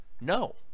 No